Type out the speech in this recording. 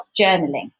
journaling